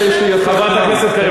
חברת הכנסת קריב,